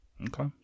Okay